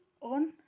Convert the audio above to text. on